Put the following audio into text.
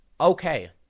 okay